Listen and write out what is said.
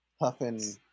huffing